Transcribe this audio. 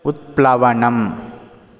उत्प्लवनम्